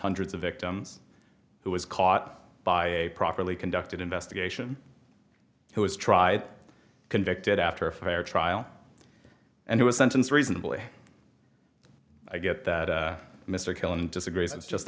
hundreds of victims who was caught by a properly conducted investigation who was tried convicted after a fair trial and he was sentenced reasonably i get that mr killen disagrees and just